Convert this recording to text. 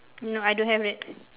no I don't have that